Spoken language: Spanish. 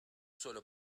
solo